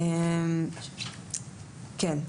- (8)